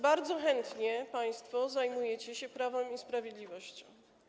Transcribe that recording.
Bardzo chętnie państwo zajmujecie się Prawem i Sprawiedliwością.